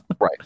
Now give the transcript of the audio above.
Right